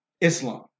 Islam